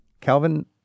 Calvin